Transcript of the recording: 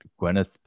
Gwyneth